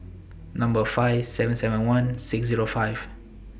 five seven seven one six Zero five